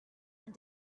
and